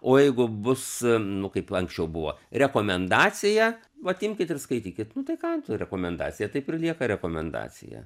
o jeigu bus nukreipta anksčiau buvo rekomendacija vat imkit ir skaitykit nu tai ką n ta rekomendacija taip ir lieka rekomendacija